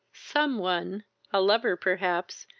some one a lover perhaps,